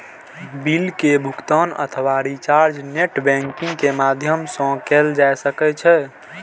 bill के भुगातन अथवा रिचार्ज नेट बैंकिंग के माध्यम सं कैल जा सकै छै